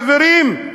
חברים,